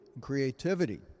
creativity